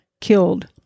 killed